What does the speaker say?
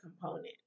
component